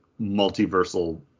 multiversal